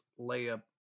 layup